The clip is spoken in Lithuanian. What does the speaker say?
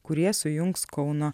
kurie sujungs kauno